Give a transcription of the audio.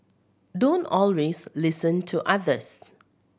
don't always listen to others